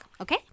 okay